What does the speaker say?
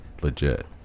legit